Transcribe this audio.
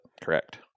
Correct